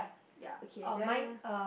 ya okay then